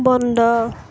বন্ধ